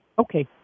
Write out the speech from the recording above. Okay